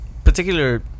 Particular